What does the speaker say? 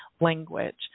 language